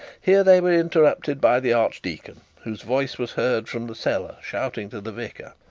here they were interrupted by the archdeacon, whose voice was heard from the cellar shouting to the vicar.